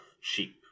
sheep